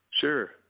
Sure